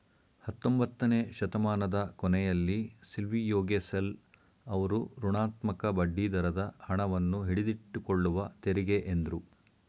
ಹತ್ತೊಂಬತ್ತನೆ ಶತಮಾನದ ಕೊನೆಯಲ್ಲಿ ಸಿಲ್ವಿಯೋಗೆಸೆಲ್ ಅವ್ರು ಋಣಾತ್ಮಕ ಬಡ್ಡಿದರದ ಹಣವನ್ನು ಹಿಡಿದಿಟ್ಟುಕೊಳ್ಳುವ ತೆರಿಗೆ ಎಂದ್ರು